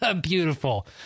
Beautiful